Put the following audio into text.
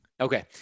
Okay